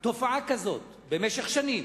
תופעה כזאת של שנים,